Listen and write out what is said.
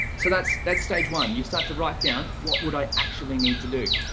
so that's, that's stage one, you start to write down, what would i actually need to do?